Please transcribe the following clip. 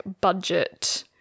budget